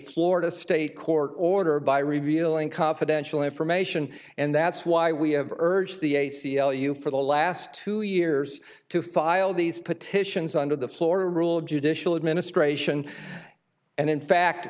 florida state court order by revealing confidential information and that's why we have urged the a c l u for the last two years to file these petitions under the florida rule of judicial administration and in fact